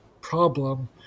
problem